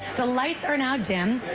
the lights are now dim.